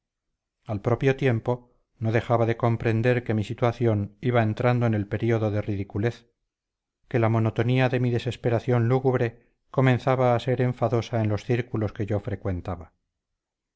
al propio tiempo no dejaba de comprender que mi situación iba entrando en el período de ridiculez que la monotonía de mi desesperación lúgubre comenzaba a ser enfadosa en los círculos que yo frecuentaba